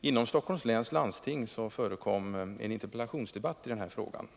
Inom Stockholms läns landsting förekom en interpellationsdebatt i den här frågan.